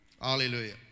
Hallelujah